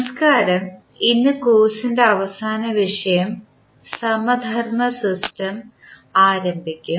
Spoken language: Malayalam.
നമസ്കാരം ഇന്ന് കോഴ്സിൻറെ അവസാന വിഷയം സമധർമ്മ സിസ്റ്റം ആരംഭിക്കും